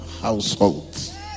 households